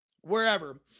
wherever